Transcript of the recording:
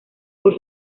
por